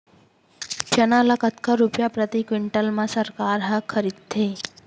चना ल कतका रुपिया प्रति क्विंटल म सरकार ह खरीदथे?